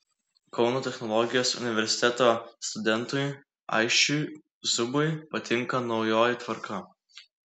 kauno technologijos universiteto studentui aisčiui zubui patinka naujoji tvarka